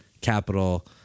capital